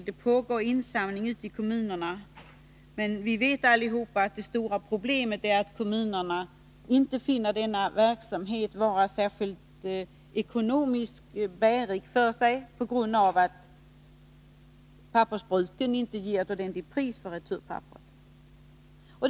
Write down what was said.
Det pågår insamlingar ute i kommunerna. Men vi vet alla att det stora problemet är att kommunerna inte finner denna verksamhet vara särskilt ekonomiskt bärande på grund av att pappersbruken inte ger ett ordentligt pris för returpapperet.